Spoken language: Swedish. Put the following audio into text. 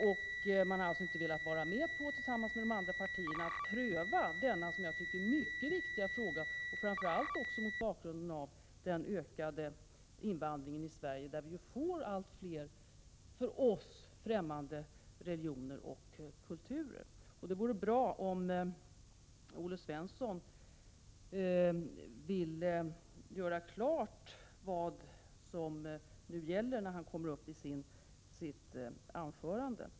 Man har alltså tillsammans med de andra partierna inte velat vara med om att pröva denna som jag tycker mycket viktiga fråga, viktig framför allt mot bakgrund av den ökade invandringen i Sverige, genom vilken vi får in alltmer av för oss fträmmande religioner och kulturer. Det vore bra om Olle Svensson i sitt kommande anförande ville göra klart vad som nu gäller.